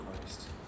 Christ